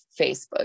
Facebook